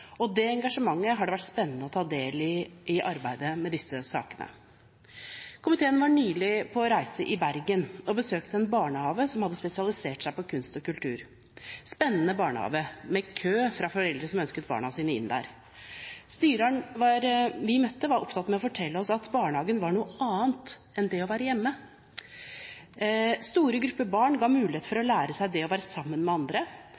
og det engasjementet har det vært spennende å ta del i i arbeidet med disse sakene. Komiteen var nylig på reise i Bergen og besøkte en barnehage som hadde spesialisert seg på kunst og kultur. Det var en spennende barnehage med kø av foreldre som ønsket barna sine inn der. Styreren vi møtte, var opptatt av å fortelle oss at barnehage var noe annet enn det å være hjemme. Store grupper barn gis mulighet til å lære seg å være sammen med andre.